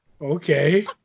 Okay